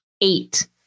Eight